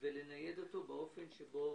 ולנייד אותו באופן שבו